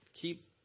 keep